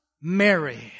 Mary